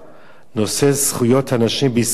נושא זכויות הנשים בישראל,